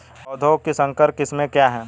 पौधों की संकर किस्में क्या हैं?